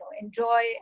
enjoy